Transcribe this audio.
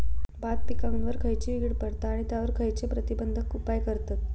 भात पिकांवर खैयची कीड पडता आणि त्यावर खैयचे प्रतिबंधक उपाय करतत?